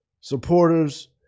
supporters